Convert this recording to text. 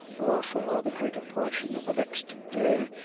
or for the greater portion of the next day,